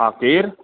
हा केरु